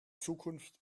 zukunft